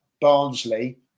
Barnsley